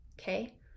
okay